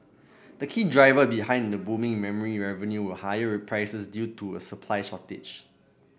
the key driver behind the booming memory revenue were higher prices due to a supply shortage